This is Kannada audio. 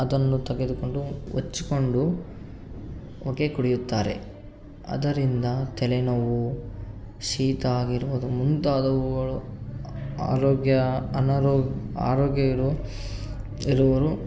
ಅದನ್ನು ತೆಗೆದುಕೊಂಡು ಹೊಚ್ಕೊಂಡು ಹೊಗೆ ಕುಡಿಯುತ್ತಾರೆ ಅದರಿಂದ ತಲೆನೋವು ಶೀತ ಆಗಿರ್ಬೋದು ಮುಂತಾದವುಗಳು ಆರೋಗ್ಯ ಅನಾರೊ ಆರೋಗ್ಯ ಇರೊ ಇರುವರು